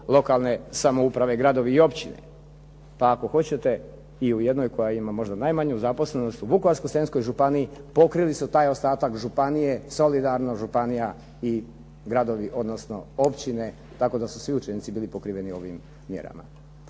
lokalne samouprave, gradovi i općine. Pa ako hoćete, i u jednoj koja ima možda najmanju zaposlenost, u Vukovarsko-srijemskoj županiji pokrili su taj ostatak županije, solidarno županija i gradovi odnosno općine, tako da su svi učenici bili pokriveni ovim mjerama.